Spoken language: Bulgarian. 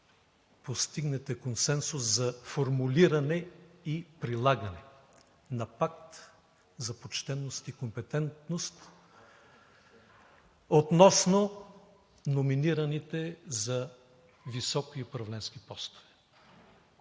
постигнете консенсус за формулиране и прилагане на пакт за почтеност и компетентност относно номинираните за високи управленски постове.